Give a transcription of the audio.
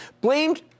blamed